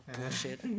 bullshit